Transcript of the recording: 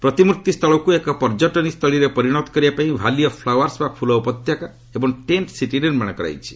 ପ୍ରତିମ୍ଭର୍ତ୍ତି ସ୍ଥଳିକୁ ଏକ ପର୍ଯ୍ୟଟନୀ ସ୍ଥଳୀରେ ପରିଣତ କରିବା ପାଇଁ ଭାଲି ଅଫ୍ ଫ୍ଲୁୱାର୍ସ ବା ଫୂଲ୍ ଉପତ୍ୟକା ଏବଂ ଟେଣ୍ଟ୍ ସିଟି ନିର୍ମାଣ କରାଯାଇଛି